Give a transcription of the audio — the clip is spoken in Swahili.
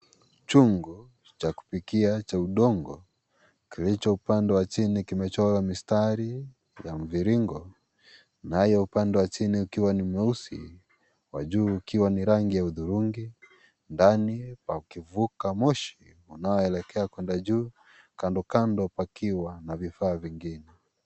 Chungu cha kupikia cha udongo, kilicho upande wa chini kimechorwa mistari ya mviringo, nayo upande wa chini ukiwa ni mweusi, wa juu ukiwa ni rangi ya udhurungi, ndani pakivuka moshi unaoelekea kwenda juu, kando kando pakiwa na vifaa vingine.